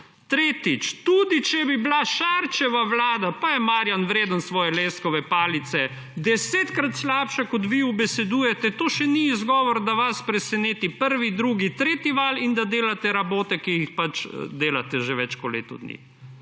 Tretjič. Tudi če bi bila Šarčeva vlada, pa je Marjan vreden svoje leskove palice, desetkrat slabša, kot vi ubesedujete, to še ni izgovor, da vas preseneti prvi, drugi, tretji val in da delate rabote, ki jih delate že več kot leto dni,